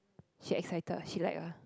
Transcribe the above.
she excited ah she like ah